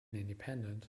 independent